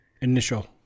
initial